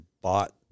bought